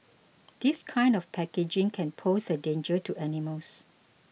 this kind of packaging can pose a danger to animals